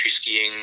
skiing